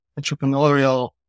entrepreneurial